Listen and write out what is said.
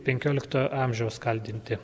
penkiolikto amžiaus kaldinti